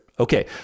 Okay